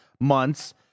months